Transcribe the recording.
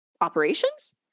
operations